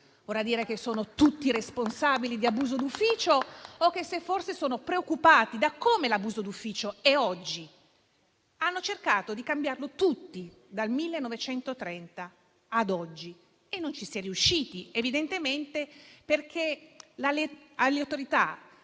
Vorrà dire che sono tutti responsabili di abuso d'ufficio o che forse sono preoccupati da come l'abuso d'ufficio si configura oggi? Hanno cercato di cambiarlo tutti, dal 1930 ad oggi, e non ci si è riusciti, evidentemente perché l'aleatorietà